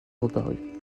reparut